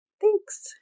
Thanks